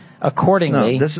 accordingly